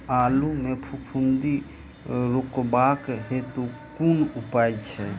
आलु मे फफूंदी रुकबाक हेतु कुन उपाय छै?